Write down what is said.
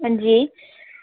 हंजी